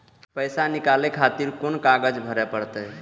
पैसा नीकाले खातिर कोन कागज भरे परतें?